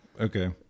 Okay